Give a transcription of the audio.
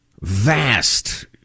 vast